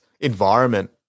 environment